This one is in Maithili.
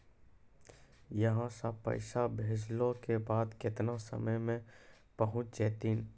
यहां सा पैसा भेजलो के बाद केतना समय मे पहुंच जैतीन?